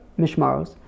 mishmaros